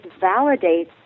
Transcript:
validates